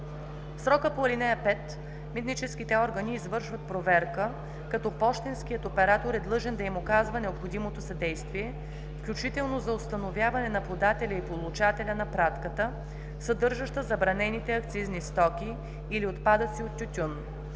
срока по ал. 5 митническите органи извършват проверка, като пощенският оператор е длъжен да им оказва необходимото съдействие, включително за установяване на подателя и получателя на пратката, съдържаща забранените акцизни стоки или отпадъци от тютюн.